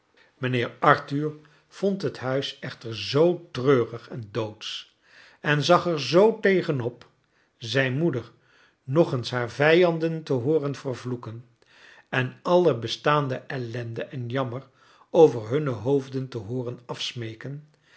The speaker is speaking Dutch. mijnheer arthur vond het huis echter zoo treurig en doodsch en zag er zoo tegen op zijn moeder nog eens haar vijanden te hooren vervloeken en alle bestaande ellende en jammer over hunne hoof den te hooren afsmeeken